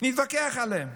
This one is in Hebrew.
נתווכח עליהם,